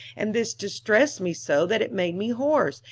and this distressed me so that it made me hoarse,